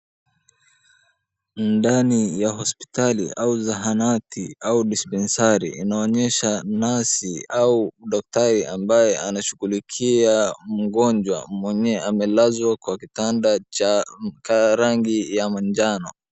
Ndani ya hospitali au zahanati au dispensari, inaonyesha nasi au daktari ambaye anashughulikia mgonjwa mwenye amelazwa kwa kitanda cha rangi ya manjano.